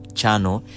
channel